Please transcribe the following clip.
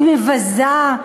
היא מבזה,